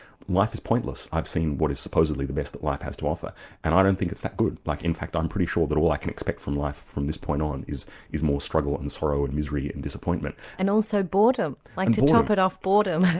life is pointless. i've seen what is supposedly the best that life has to offer and i don't think it's that good. like in fact i'm pretty sure that all i can expect from life from this point on is is more struggle and sorrow and misery and disappointment. and also boredom, like to top it off, boredom.